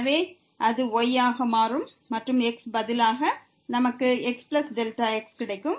எனவே அது y ஆக மாறும் மற்றும் x பதிலாக நமக்கு xx கிடைக்கும்